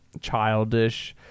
childish